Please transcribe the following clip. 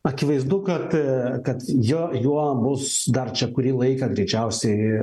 akivaizdu kad kad jo juo bus dar čia kurį laiką greičiausiai